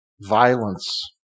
violence